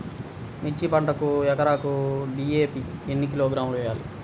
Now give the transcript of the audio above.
మిర్చి పంటకు ఎకరాకు డీ.ఏ.పీ ఎన్ని కిలోగ్రాములు వేయాలి?